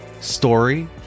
story